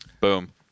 Boom